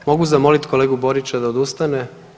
Mogu zamolit kolegu Borića da odustane?